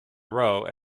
row